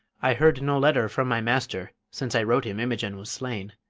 i heard no letter from my master since i wrote him imogen was slain.